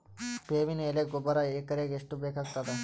ಬೇವಿನ ಎಲೆ ಗೊಬರಾ ಎಕರೆಗ್ ಎಷ್ಟು ಬೇಕಗತಾದ?